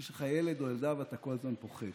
יש לך ילד או ילדה ואתה כל הזמן פוחד,